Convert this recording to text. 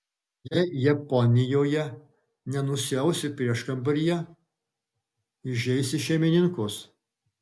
jei japonijoje nenusiausi prieškambaryje įžeisi šeimininkus